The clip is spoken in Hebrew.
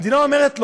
המדינה אומרת לו,